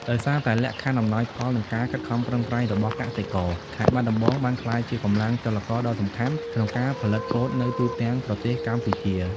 ដោយសារតែលក្ខខណ្ឌអំណោយផល និងការខិតខំប្រឹងប្រែងរបស់កសិករ ខេត្តបាត់ដំបងបានក្លាយជាកម្លាំងចលករដ៏សំខាន់ក្នុងការផលិតពោតនៅទូទាំងប្រទេសកម្ពុជា។